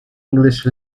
english